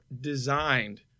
designed